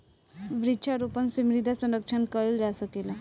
वृक्षारोपण से मृदा संरक्षण कईल जा सकेला